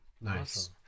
Nice